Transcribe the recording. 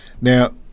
Now